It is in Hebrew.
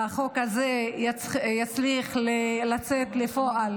החוק הזה יצליח לצאת לפועל